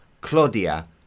Claudia